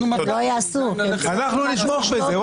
אנחנו נתמוך בזה.